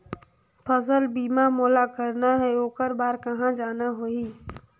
फसल बीमा मोला करना हे ओकर बार कहा जाना होही?